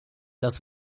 das